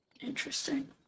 interesting